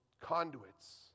conduits